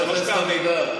שלוש פעמים?